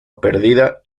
perdida